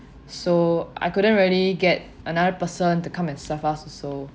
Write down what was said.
so I couldn't really get another person to come and serve us also